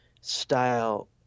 style